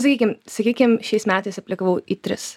sakykim sakykim šiais metais aplikavau į tris